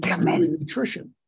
Nutrition